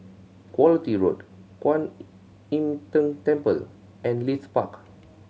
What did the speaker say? Quality Road Kwan Im Tng Temple and Leith Park